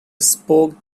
spoke